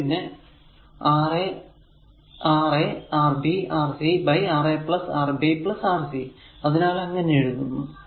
അത് പിന്നെ Ra Rb Rc Ra Rb Rc അതിനാൽ അങ്ങനെ എഴുതുന്നു